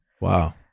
Wow